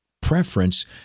preference